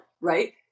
right